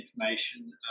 information